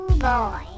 boy